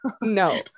No